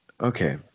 okay